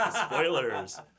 Spoilers